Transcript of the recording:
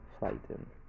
fighting